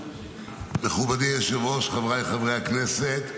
מכובדי היושב-ראש, חבריי חברי הכנסת,